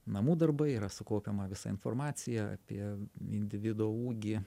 namų darbai yra sukaupiama visa informacija apie individo ūgį